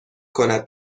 کند